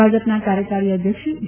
ભાજપના કાર્યકારી અધ્યક્ષ જે